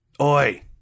Oi